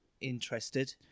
interested